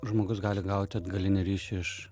žmogus gali gauti atgalinį ryšį iš